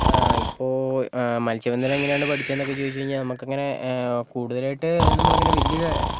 ഇപ്പോൾ മത്സ്യ ബന്ധനം എങ്ങനെയാണ് പഠിച്ചതെന്നൊക്കെ ചോദിച്ച് കഴിഞ്ഞാൽ നമുക്കങ്ങനെ കൂടുതലായിട്ട് നമ്മളങ്ങനെ വലിയ